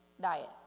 diet